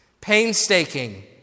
Painstaking